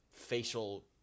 facial